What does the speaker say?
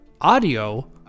audio